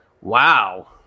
Wow